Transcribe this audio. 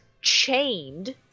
chained